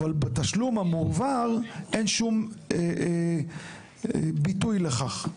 אבל בתשלום המועבר אין שום ביטוי לכך.